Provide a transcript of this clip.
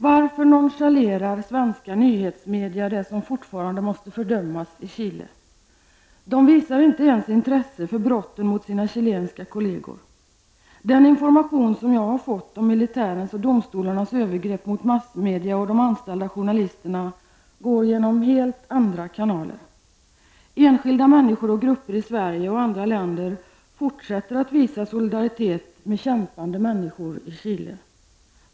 Varför nonchalerar svenska nyhetsmedia det som fortfarande måste fördömas i Chile? De visar inte ens intresse för brotten mot sina chilenska kolleger. Den information som jag har fått om militärens och domstolarnas övergrepp mot massmedia och de anställda journalisterna går genom helt andra kanaler. Enskilda människor och grupper i Sverige och andra länder fortsätter att visa solidaritet med kämpande människor i Chile.